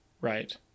right